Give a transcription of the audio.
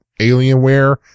Alienware